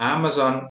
Amazon